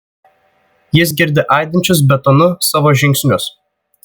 jis girdi aidinčius betonu savo žingsnius